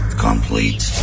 complete